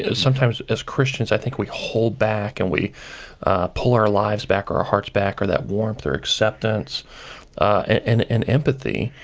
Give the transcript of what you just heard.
sometimes as christians, i think we hold back and we pull our lives back or our hearts back, or that warmth or acceptance and and empathy,